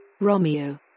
Romeo